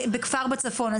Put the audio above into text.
בכפר בצפון,